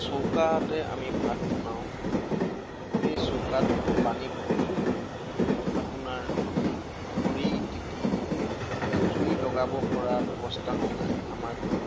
চৌকাতে আমি ভাত বনাওঁ সেই চৌকাটোতো পানী পৰি আপোনাৰ খৰি তিতি এতিয়া জুই লগাব পৰা ব্যৱস্থাও নাই আমাৰ ঘৰত